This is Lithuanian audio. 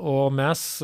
o mes